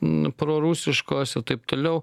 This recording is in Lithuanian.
n prorusiškos ir taip toliau